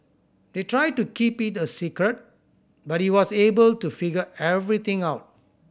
they tried to keep it a secret but he was able to figure everything out